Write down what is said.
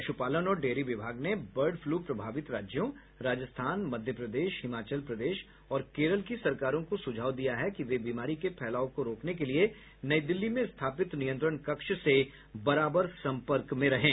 पशुपालन और डेयरी विभाग ने बर्ड फ्लू प्रभावित राज्यों राजस्थान मध्य प्रदेश हिमाचल प्रदेश और केरल की सरकारों को सुझाव दिया है कि वे बीमारी के फैलाव को रोकने के लिए नई दिल्ली में स्थापित नियंत्रण कक्ष से बराबर संपर्क में रहें